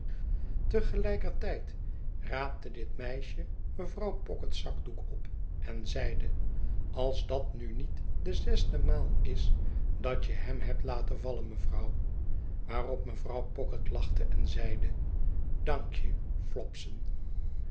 tijd raapte dit meisje mevrouw pocket's zakdoek op en zeide als dat nu niet de zesde maal is dat je hem hebt laten vallen mevrouw waarop mevrouw pocket lachte en zeide dank je